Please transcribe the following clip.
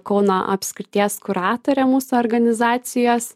kauno apskrities kuratore mūsų organizacijos